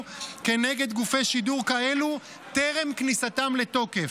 כנגד גופי שידור כאלה טרם כניסתם לתוקף.